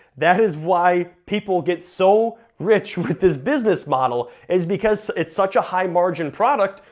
that is why people get so rich with this business model, is because it's such a high margin product,